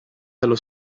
dello